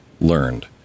learned